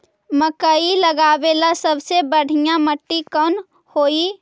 मकई लगावेला सबसे बढ़िया मिट्टी कौन हैइ?